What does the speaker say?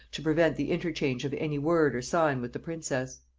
to prevent the interchange of any word or sign with the princess.